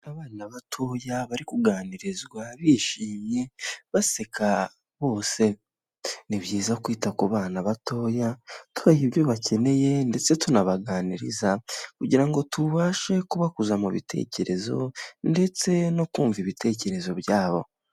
Abana batoya bari kuganirizwa bishimye baseka bose, ni byiza kwita ku bana batoya tubaha ibyo bakeneye ndetse tunabaganiriza kugira ngo tubashe kubakuza mu bitekerezo ndetse no kumva ibitekerezo byabo.